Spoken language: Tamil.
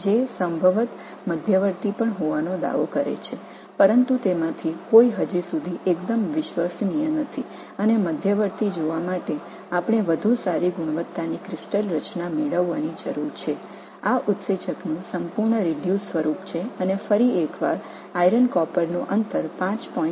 நிச்சயமாக சில படிக கட்டமைப்புகள் இடைநிலையையும் உரிமை கோருகின்றன ஆனால் அவை எதுவும் இதுவரை நம்பகமானவை அல்ல மேலும் இடைநிலையைப் பார்க்க சிறந்த தரமான படிக அமைப்பைப் பெற வேண்டும்